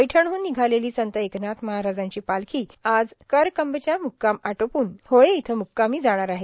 पैठणहून निघालेली संत एकनाथ महाराजांची पालखी आज करकंबचा मुक्काम आदोपून होळे इथं मुक्कामी जाणार आहे